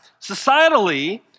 Societally